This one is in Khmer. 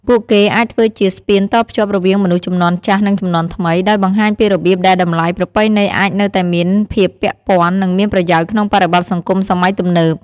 ពួកគេអាចធ្វើជាស្ពានតភ្ជាប់រវាងមនុស្សជំនាន់ចាស់ និងជំនាន់ថ្មី ដោយបង្ហាញពីរបៀបដែលតម្លៃប្រពៃណីអាចនៅតែមានភាពពាក់ព័ន្ធ និងមានប្រយោជន៍ក្នុងបរិបទសង្គមសម័យទំនើប។